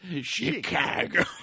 Chicago